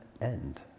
end